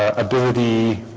ability